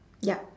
ya